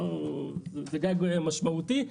זה גג משמעותי.